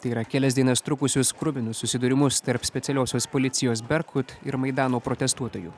tai yra kelias dienas trukusius kruvinus susidūrimus tarp specialiosios policijos berkut ir maidano protestuotojų